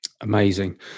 Amazing